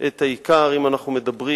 את העיקר אם אנחנו מדברים